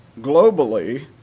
globally